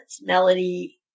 Melody